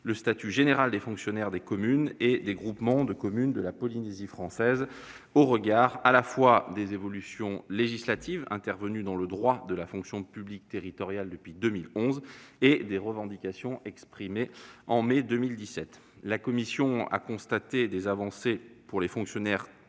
le statut général des fonctionnaires des communes et des groupements de communes de la Polynésie française au regard, à la fois, des évolutions législatives intervenues dans le droit de la fonction publique territoriale depuis 2011 et des revendications exprimées en mai 2017. La commission a constaté des avancées pour les fonctionnaires communaux